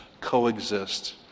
coexist